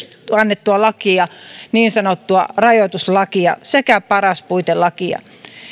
annettua lakia niin sanottua rajoituslakia sekä paras puitelakia